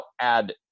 add